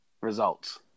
results